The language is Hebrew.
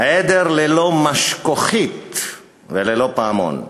עדר ללא משכוכית וללא פעמון.